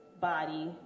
body